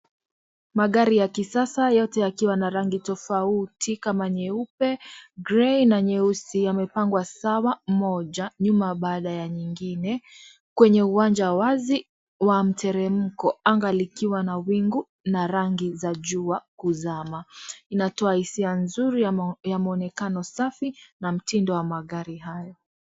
Magari ya kisasa yote yakiwa na rangi tofauti, kama nyeupe, grei na nyeusi, amepangwa sawa moja nyuma baada ya nyingine, kwenye uwanja wazi wa mteremko. Anga likiwa na wingu na rangi za jua kuzama. Inatoa hisia nzuri na mwonekano safi na mtindo wa magari haya